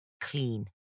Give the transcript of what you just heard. Clean